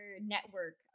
network